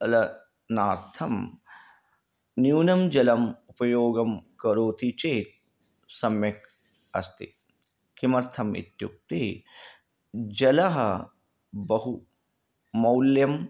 ल नार्थं न्यूनं जलम् उपयोगं करोति चेत् सम्यक् अस्ति किमर्थम् इत्युक्ते जलं बहु मूल्यं